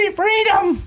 freedom